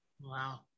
Wow